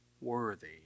worthy